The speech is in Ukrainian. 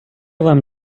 вам